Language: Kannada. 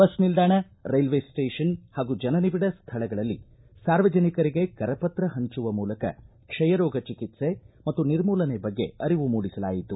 ಬಸ್ ನಿಲ್ದಾಣ ರೈಲ್ವೆ ಸ್ವೇಷನ್ ಹಾಗೂ ಜನ ನಿಬಿಡ ಸ್ಥಳಗಳಲ್ಲಿ ಸಾರ್ವಜನಿಕರಿಗೆ ಕರಪತ್ರ ಹಂಚುವ ಮೂಲಕ ಕ್ಷಯ ರೋಗ ಚಿಕಿತ್ಸೆ ಮತ್ತು ನಿರ್ಮೂಲನೆ ಬಗ್ಗೆ ಅರಿವು ಮೂಡಿಸಲಾಯಿತು